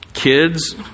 kids